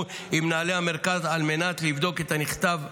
עם מנהלי המרכז על מנת לבדוק את הנכתב בתלונה.